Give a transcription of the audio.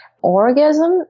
Orgasm